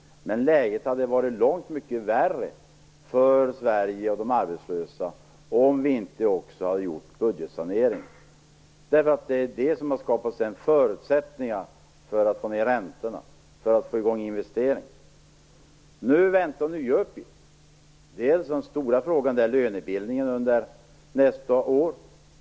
Men läget hade varit långt mycket värre för Sverige och de arbetslösa om vi inte också hade gjort budgetsaneringen. Det är den som har skapat förutsättningar för att få ned räntorna och för att få i gång investeringar. Nu väntar nya uppgifter. Den stora frågan är lönebildningen under nästa år.